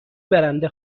برنده